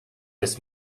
this